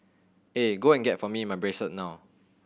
eh go and get for me my bracelet now